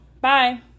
bye